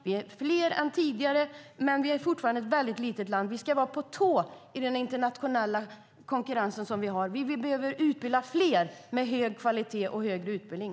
Vi är fler än tidigare, men Sverige är fortfarande ett litet land. Vi ska vara på tå i den internationella konkurrens som vi har. Vi behöver utbilda fler med hög kvalitet och högre utbildning.